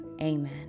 amen